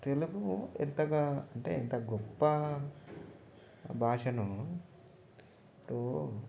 తెలుగు ఎంతగా అంటే ఎంత గొప్ప భాషనో ఇప్పుడు